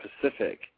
Pacific